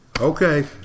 Okay